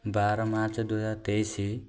ବାର ମାର୍ଚ୍ଚ ଦୁଇହଜାର ତେଇଶି